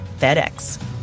FedEx